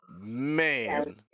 Man